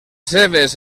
seves